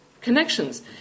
connections